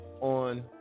on